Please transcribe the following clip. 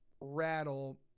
rattle